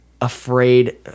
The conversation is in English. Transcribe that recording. afraid